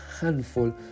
handful